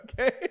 okay